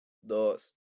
dos